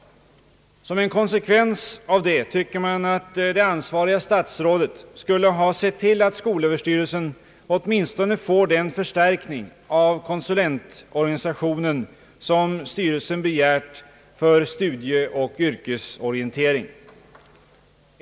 Som en konsekvens av detta tycker man att det ansvariga statsrådet skulle ha sett till att skolöverstyrelsen åtminstone får den förstärkning av konsulentorganisationen som styrelsen begärt för studieoch yrkesorientering.